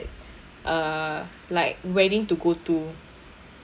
uh like wedding to go to